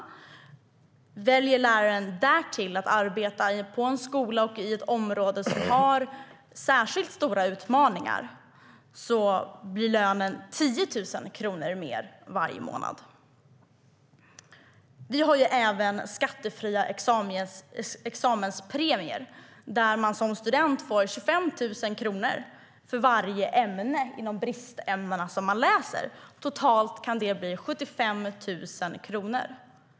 Väljer läraren därtill att arbeta på en skola och i ett område som har särskilt stora utmaningar blir lönen 10 000 kronor högre varje månad. Vi har även skattefria examenspremier där man som student får 25 000 kronor för varje ämne man läser inom bristämnena. Totalt kan det bli 75 000 kronor.